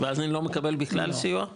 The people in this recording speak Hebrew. ואז אני לא מקבל בכלל סיוע?